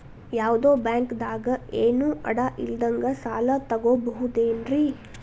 ಯಾವ್ದೋ ಬ್ಯಾಂಕ್ ದಾಗ ಏನು ಅಡ ಇಲ್ಲದಂಗ ಸಾಲ ತಗೋಬಹುದೇನ್ರಿ?